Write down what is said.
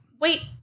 Wait